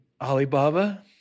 Alibaba